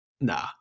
nah